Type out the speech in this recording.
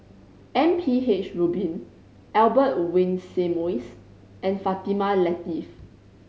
M P H Rubin Albert Winsemius and Fatimah Lateef